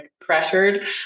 Pressured